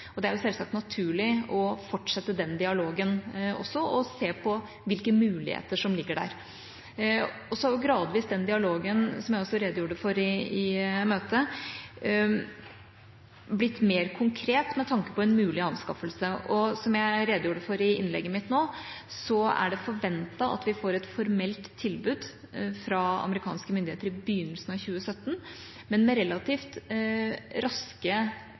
er selvsagt naturlig å fortsette den dialogen og se på hvilke muligheter som ligger der. Så har den dialogen, som jeg også redegjorde for i møtet, gradvis blitt mer konkret med tanke på en mulig anskaffelse. Som jeg redegjorde for i innlegget mitt nå, er det forventet at vi får et formelt tilbud fra amerikanske myndigheter i begynnelsen av 2017, men med relativt raske